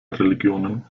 religionen